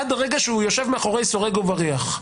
עד הרגע שהוא יושב מאחורי סורג ובריח.